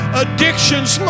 addictions